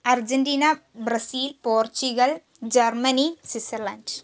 Argentina Brazil Portugal Germany Switzerland